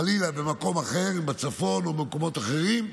חלילה, במקום אחר, בצפון או במקומות אחרים,